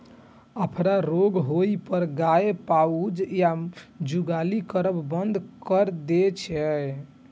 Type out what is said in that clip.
अफरा रोग होइ पर गाय पाउज या जुगाली करब बंद कैर दै छै